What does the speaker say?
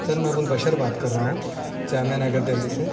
سر میں ابوالبشر بات کر رہا ہوں جامعہ نگر دہلی سے